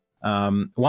One